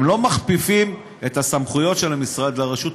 הם לא מכפיפים את הסמכויות של המשרד לרשות,